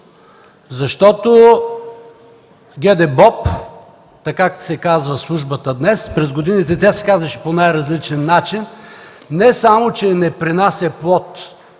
Защото ГДБОП – така се казва службата днес, през годините тя се казваше по най-различен начин, не само, че не принася плод,